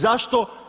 Zašto?